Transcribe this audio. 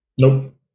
Nope